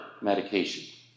medication